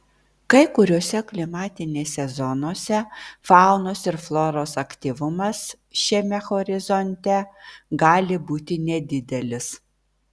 kai kuriose klimatinėse zonose faunos ir floros aktyvumas šiame horizonte gali būti nedidelis